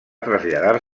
traslladar